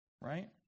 right